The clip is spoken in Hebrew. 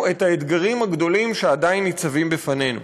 את האתגרים הגדולים שעדיין ניצבים בפנינו,